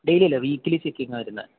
daily അല്ല weekly ചെക്കിങ്ങാണ് വരുന്നത്